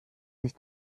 sich